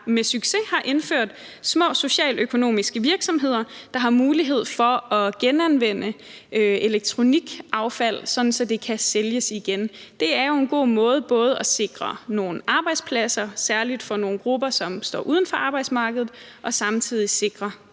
med succes har indført små socialøkonomiske virksomheder, der har mulighed for at genanvende elektronikaffald, sådan at det kan sælges igen. Det er jo en god måde til både at sikre nogle arbejdspladser, særlig for nogle grupper, som står uden for arbejdsmarkedet, og samtidig sikre